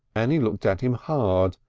annie looked at him hard,